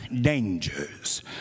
dangers